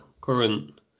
current